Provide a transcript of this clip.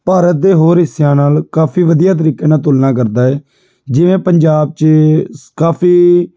ਭਾਰਤ ਦੇ ਹੋਰ ਹਿੱਸਿਆਂ ਨਾਲ ਕਾਫੀ ਵਧੀਆ ਤਰੀਕੇ ਨਾਲ ਤੁਲਨਾ ਕਰਦਾ ਹੈ ਜਿਵੇਂ ਪੰਜਾਬ 'ਚ ਸ ਕਾਫੀ